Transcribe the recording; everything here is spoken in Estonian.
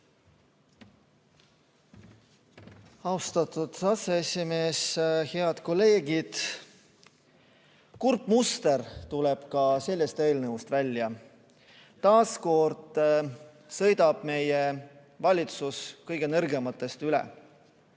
Austatud aseesimees! Head kolleegid! Kurb muster tuleb ka sellest eelnõust välja. Taas kord sõidab meie valitsus kõige nõrgematest üle.